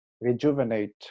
rejuvenate